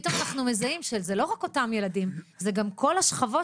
פתאום אנחנו מזהים שזה לא רק אותם ילדים זה גם כל השכבות